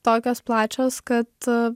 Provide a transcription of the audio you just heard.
tokios plačios kad